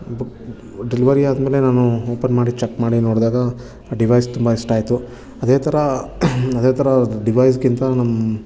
ಬು ಡೆಲ್ವರಿ ಆದಮೇಲೆ ನಾನು ಓಪನ್ ಮಾಡಿ ಚೆಕ್ ಮಾಡಿ ನೋಡಿದಾಗ ಆ ಡಿವೈಸ್ ತುಂಬ ಇಷ್ಟ ಆಯಿತು ಅದೇ ಥರ ಅದೇ ಥರ ಡಿವೈಸ್ಗಿಂತ ನಮ್ಮ